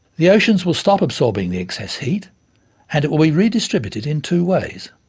the oceans will stop absorbing the excess heat and it will be redistributed in two ways.